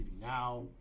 Now